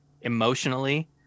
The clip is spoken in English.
emotionally